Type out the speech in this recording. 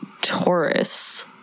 Taurus